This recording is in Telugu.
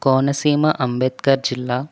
కోనసీమ అంబేద్కర్ జిల్లా